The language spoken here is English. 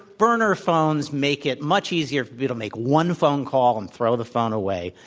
burner phones make it much easier for you to make one phone call and throw the phone away,